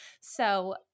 So-